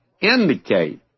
indicate